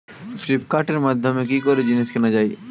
ফ্লিপকার্টের মাধ্যমে কি করে জিনিস কেনা যায়?